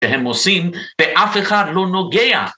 ‫שהם עושים ואף אחד לא נוגע.